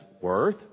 worth